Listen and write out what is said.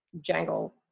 jangle